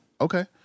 Okay